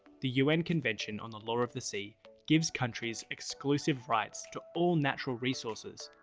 the un convention on the law of the sea gives countries exclusive rights to all natural resources,